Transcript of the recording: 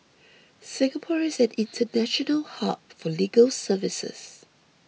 Singapore is an international hub for legal services